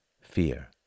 fear